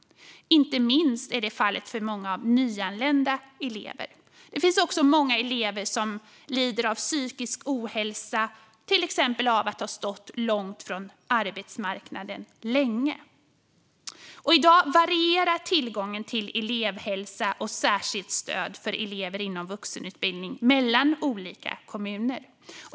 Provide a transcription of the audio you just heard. Inte minst är så fallet för många nyanlända elever. Det finns även många elever som lider av psykisk ohälsa, till exempel efter att länge ha stått långt från arbetsmarknaden. I dag varierar tillgången till elevhälsa och särskilt stöd för elever inom vuxenutbildningen mellan olika kommuner.